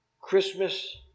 Christmas